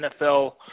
NFL